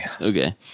okay